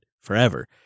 forever